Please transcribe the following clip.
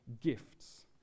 gifts